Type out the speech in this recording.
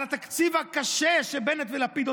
על התקציב הקשה שבנט ולפיד,